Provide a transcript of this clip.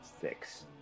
six